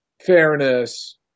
fairness